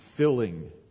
Filling